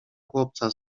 chłopca